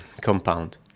compound